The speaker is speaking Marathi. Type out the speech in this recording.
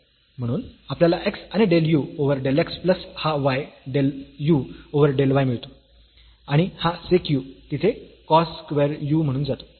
म्हणून आपल्याला x आणि del u over del x plus हा y del u over del y मिळतो आणि हा sec u तिथे cos स्क्वेअर u म्हणून जातो